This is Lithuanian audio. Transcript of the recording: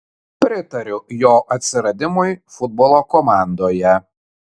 pritariu jo atsiradimui futbolo komandoje